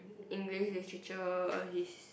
English literature all these